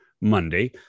Monday